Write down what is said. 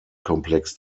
komplex